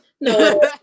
No